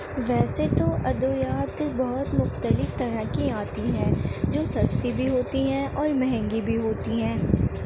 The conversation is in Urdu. ویسے تو ادویات بہت مختلف طرح کی آتی ہیں جو سستی بھی ہوتی ہیں اور مہنگی بھی ہوتی ہیں